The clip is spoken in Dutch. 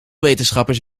wetenschappers